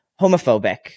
homophobic